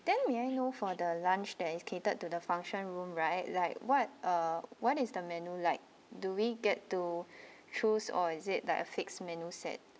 then may I know for the lunch that is catered to the function room right like what uh what is the menu like do we get to choose or is it like a fixed menu set